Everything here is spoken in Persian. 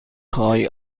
خواهی